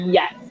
Yes